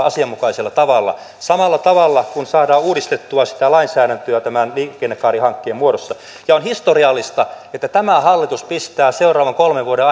asianmukaisella tavalla samalla tavalla kuin saadaan uudistettua sitä lainsäädäntöä tämän liikennekaarihankkeen muodossa on historiallista että tämä hallitus pistää seuraavan kolmen vuoden